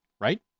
right